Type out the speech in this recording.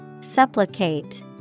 Supplicate